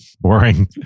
boring